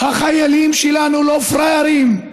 החיילים שלנו לא פראיירים.